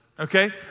Okay